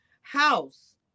house